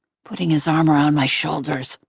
putting his arm around my shoulders.